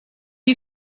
you